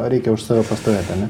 reikia už save pastovėt